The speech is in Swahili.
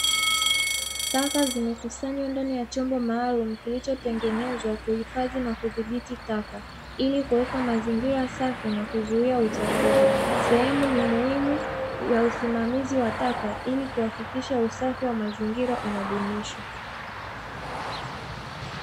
Taka zimekusanywa ndani ya chombo maalumu kilichotengenezwa kuhifadhi na kudhibiti taka, ili kuweka mazingira safi na kuzuia uchafuzi, sehemu ni muhimu ya usimamizi wa taka ili kuhakikisha usafi wa mazingira unadumishwa.